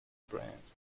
brand